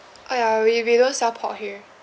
oh ya we we don't sell pork here